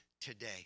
today